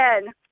again